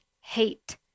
hate